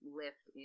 lift